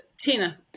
Tina